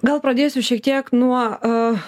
gal pradėsiu šiek tiek nuo